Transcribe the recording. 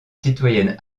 citoyenne